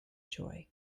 joy